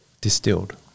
Distilled